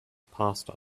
passed